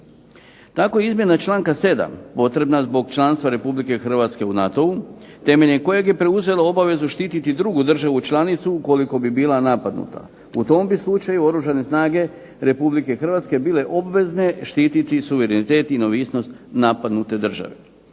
Tako izmjena članka 7. potrebna zbog članstva Republike Hrvatske u NATO-u, temeljem kojeg je preuzela obavezu štititi drugu državu članicu ukoliko bi bila napadnuta, u tom bi slučaju Oružane snage Republike Hrvatske bile obvezne štititi suverenitet i neovisnost napadnute države.